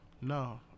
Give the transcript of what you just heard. No